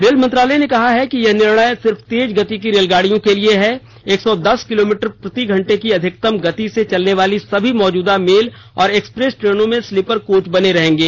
rail मंत्रालय ने कहा कि यह निर्णय सिर्फ तेज गति की रेलगाड़ियों के लिए है एक सौ दस किलोमीटर प्रति घंटे की अधिकतम गति से चलने वाली सभी मौजूदा मेल और एक्सप्रेस ट्रेनों में स्लीपर कोच बने रहेंगे